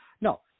No